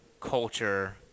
Culture